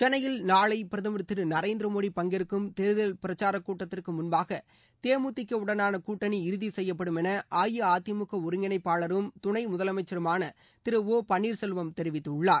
சென்னையில் நாளை பிரதம் திரு நரேந்திர மோடி பங்கேற்கும் தேர்தல் பிரச்சாரக் கூட்டத்திற்கு முன்பாக தே மு தி க உடனான கூட்டணி இறுதி செய்யப்படும் என அஇஅதிமுக ஒருங்கிணைப்பாளர் துணை முதலமைச்சருமான திரு ஓ பன்னீர்செல்வம் தெரிவித்துள்ளார்